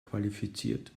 qualifiziert